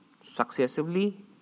successively